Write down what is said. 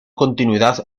continuidad